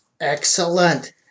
Excellent